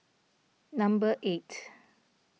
number eight